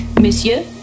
monsieur